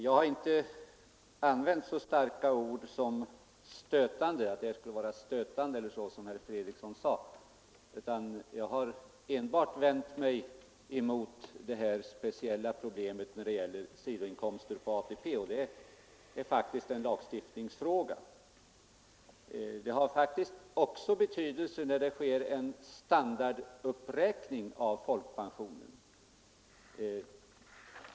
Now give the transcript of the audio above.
Jag har inte använt så starka ord som att systemet skulle vara stötande — eller hur herr Fredriksson nu uttryckte det — utan jag har enbart tagit upp det speciella problemet med sidoinkomster i ATP-sammanhang, och det är faktiskt en lagstiftningsfråga. Det har också betydelse t.ex. i samband med standarduppräkning av folkpensionen.